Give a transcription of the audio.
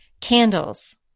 candles